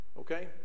okay